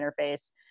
interface